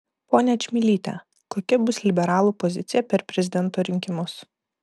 ponia čmilyte kokia bus liberalų pozicija per prezidento rinkimus